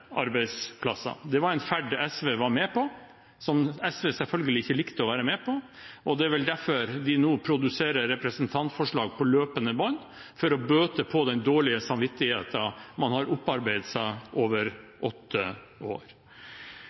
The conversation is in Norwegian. arbeidsplasser. Det var en ferd SV var med på, som SV selvfølgelig ikke likte å være med på, og det er vel derfor de nå produserer representantforslag på løpende bånd – for å bøte på den dårlige samvittigheten man har opparbeidet seg over åtte år.